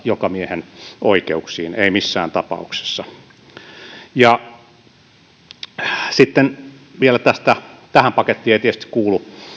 jokamiehenoikeuksiin ei missään tapauksessa sitten vielä että tähän pakettiin ei tietysti kuulu